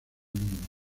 mundo